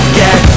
get